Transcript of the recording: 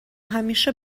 همیشه